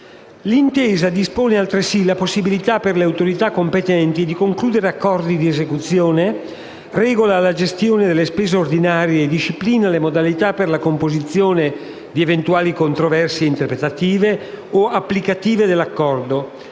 L'intesa dispone altresì la possibilità per le autorità competenti di concludere accordi di esecuzione, regola la gestione delle spese ordinarie e disciplina le modalità per la composizione di eventuali controversie interpretative o applicative dell'Accordo,